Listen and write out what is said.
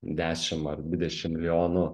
dešim ar dvidešim milijonų